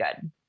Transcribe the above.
good